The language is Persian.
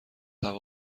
هوا